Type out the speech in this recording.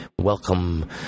welcome